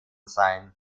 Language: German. sein